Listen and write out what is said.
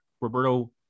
roberto